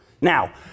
Now